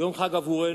יום חג עבורנו.